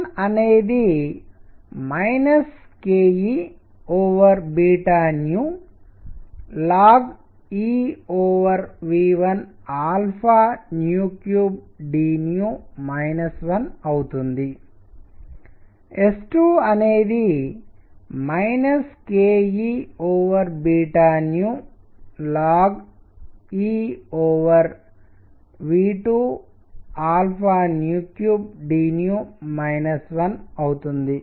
S1 అనేది kEln 1 అవుతుంది S2 అనేది kEln 1అవుతుంది